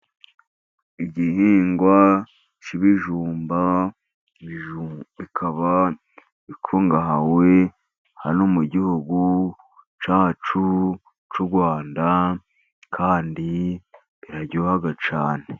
Igihingwa cy'ibijumba. Ibijumba bikaba bikungahawe hano mu gihugu cyacu cy'u Rwanda, kandi biraryoha cyane.